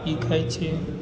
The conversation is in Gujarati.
એ ખાય છે